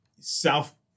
South